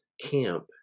camp